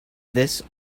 this